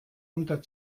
unter